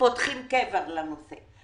פותחים קבר לנושא.